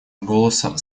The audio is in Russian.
голоса